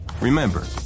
Remember